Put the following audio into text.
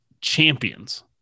champions